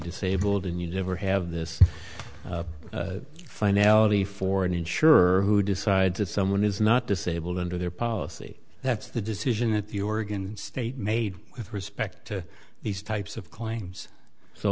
disabled and you'd ever have this finality for an insurer who decides that someone is not disabled under their policy that's the decision that the oregon state made with respect to these types of claims so